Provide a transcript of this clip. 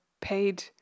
paid